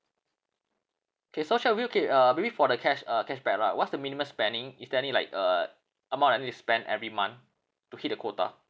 K so shall we okay uh maybe for the cash~ uh cashback right what's the minimum spending is there any like uh amount I need to spend every month to hit the quota